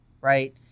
right